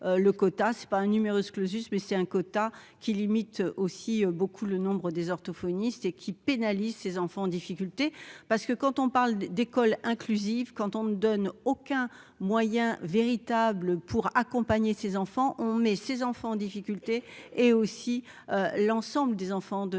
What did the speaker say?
le quota, c'est pas un numerus clausus, mais c'est un quota qui limite aussi beaucoup le nombre des orthophonistes et qui pénalise ses enfants en difficulté parce que quand on parle d'école inclusive quand on ne donne aucun moyen véritable pour accompagner ses enfants, on met ses enfants en difficulté et aussi l'ensemble des enfants de de